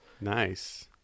Nice